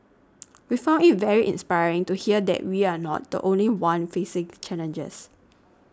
we found it very inspiring to hear that we are not the only one facing challenges